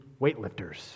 weightlifters